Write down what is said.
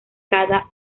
cada